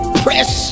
press